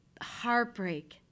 heartbreak